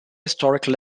historical